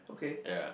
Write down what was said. yea